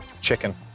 Chicken